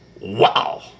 wow